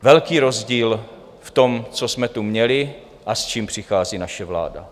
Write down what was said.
Velký rozdíl v tom, co jsme tu měli, a s čím přichází naše vláda.